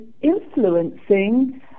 influencing